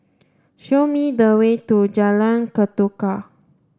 show me the way to Jalan Ketuka